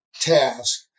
task